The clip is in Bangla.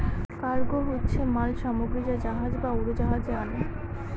কার্গো হচ্ছে মাল সামগ্রী যা জাহাজ বা উড়োজাহাজে আনে